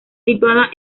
situada